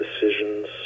decisions